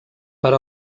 per